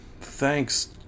Thanks